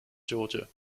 georgia